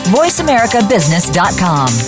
voiceamericabusiness.com